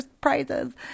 prizes